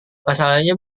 masalahnya